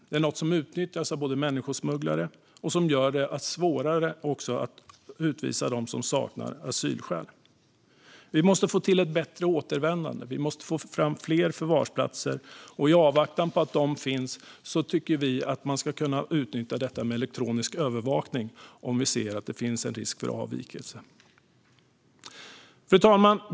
Det är något som utnyttjas av människosmugglare och som gör det svårare att utvisa dem som saknar asylskäl. Vi måste få till ett bättre återvändande. Vi måste få fram fler förvarsplatser. I avvaktan på att de finns tycker vi att man ska kunna utnyttja elektronisk övervakning om vi ser att det finns en risk för avvikande. Fru talman!